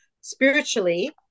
spiritually